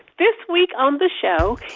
this week on the show,